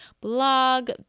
blog